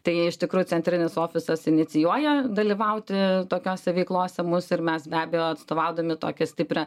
tai iš tikrųjų centrinis ofisas inicijuoja dalyvauti tokiose veiklose mus ir mes be abejo atstovaudami tokią stiprią